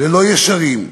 ללא ישרים,